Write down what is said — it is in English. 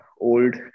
old